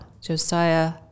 josiah